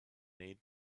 made